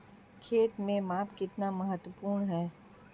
खेत में माप कितना महत्वपूर्ण है?